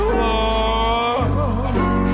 love